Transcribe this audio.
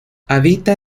habita